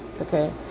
okay